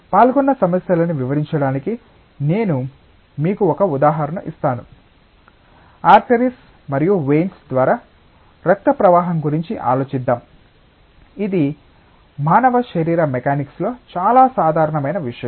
పాల్గొన్న సమస్యలను వివరించడానికి నేను మీకు ఒక ఉదాహరణ ఇస్తాను ఆర్టెరీస్ మరియు వెయిన్స్ ద్వారా రక్త ప్రవాహం గురించి ఆలోచిద్దాం ఇది మానవ శరీర మెకానిక్స్లో చాలా సాధారణమైన విషయం